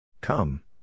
Come